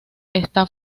está